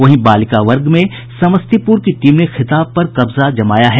वहीं बालिका वर्ग में समस्तीपुर की टीम ने खिताब पर कब्जा जमाया है